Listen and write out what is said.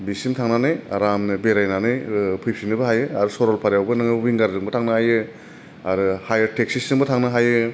बिसिम थांनानै आरामनो बेरायनानै फैफिननोबो हायो सरलपाराआवबो नोङो उइंगारजोंबो थांनो हायो आरो हायार टेकस्सिजोंबो थांनो हायो